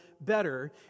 better